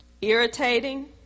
irritating